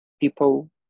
people